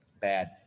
bad